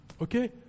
Okay